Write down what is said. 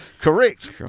Correct